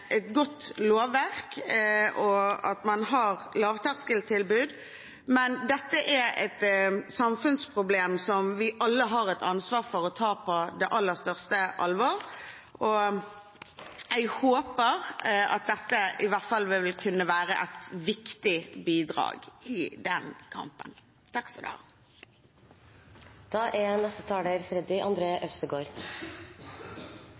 et godt lovverk, og at man har lavterskeltilbud, men dette er et samfunnsproblem som vi alle har et ansvar for å ta på aller største alvor. Jeg håper dette vil kunne være et viktig bidrag i den kampen. Kampen for et samfunn der kvinner og menn har like gode muligheter, er